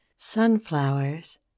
Sunflowers